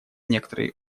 некоторые